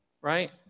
right